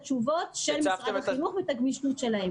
תשובות ממשרד החינוך וגמישות מצידו.